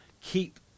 keep